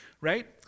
right